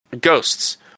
ghosts